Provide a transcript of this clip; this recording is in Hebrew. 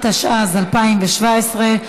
התשע"ז 2017,